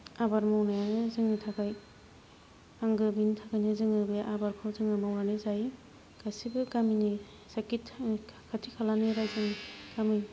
आबाद मावनायानो जोंनि थाखाय आंगो बिनि थाखायनो जोङो बे आबादखौ जोङो मावनानै जायो गासैबो गामिनि जाखि खाथि खालानि राइजो गामि